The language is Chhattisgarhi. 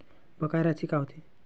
बकाया राशि का होथे?